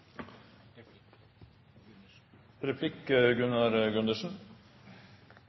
synes Gunnar Gundersen